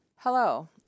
Hello